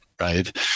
right